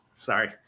Sorry